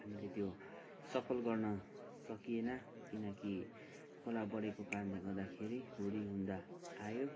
हामीले त्यो सफल गर्न सकिएन किनकि खोला बढेको कारणले गर्दाखेरि हुरीहुन्डरी आयो